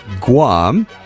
Guam